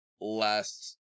last